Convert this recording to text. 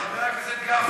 חבר הכנסת גפני,